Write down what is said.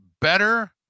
better